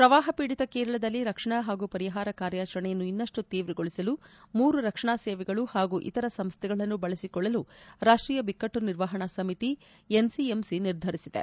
ಪ್ರವಾಹ ಪೀಡಿತ ಕೇರಳದಲ್ಲಿ ರಕ್ಷಣಾ ಹಾಗೂ ಪರಿಹಾರ ಕಾರ್ಕಾಚರಣೆಯನ್ನು ಇನ್ನಷ್ಟು ತೀವ್ರಗೊಳಿಸಲು ಮೂರು ರಕ್ಷಣಾ ಸೇವೆಗಳು ಹಾಗೂ ಇತರ ಸಂಸ್ಟೆಗಳನ್ನೂ ಬಳಸಿಕೊಳ್ಳಲು ರಾಷ್ಷೀಯ ಬಿಕ್ಕಟ್ಟು ನಿರ್ವಹಣಾ ಸಮಿತಿ ಎನ್ ಸಿ ಎಮ್ ಸಿ ನಿರ್ಧರಿಸಿದೆ